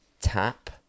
tap